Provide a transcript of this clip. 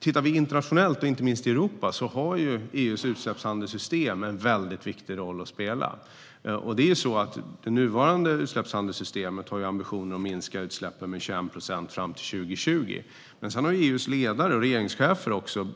Tittar vi internationellt, och inte minst i Europa, har EU:s utsläppshandelssystem en väldigt viktig roll att spela. Det nuvarande utsläppshandelssystemet har ju ambitionen att minska utsläppen med 21 procent fram till 2020, men EU:s ledare och regeringschefer har också